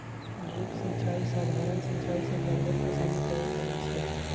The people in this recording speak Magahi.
ड्रिप सिंचाई सधारण सिंचाई से जादे पसंद कएल जाई छई